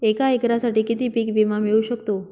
एका एकरसाठी किती पीक विमा मिळू शकतो?